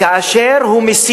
ואני פונה לשר